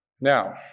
Now